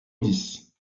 dix